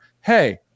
Hey